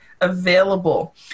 available